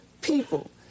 people